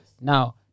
now